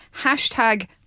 Hashtag